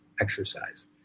exercise